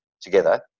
together